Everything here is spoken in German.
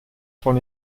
von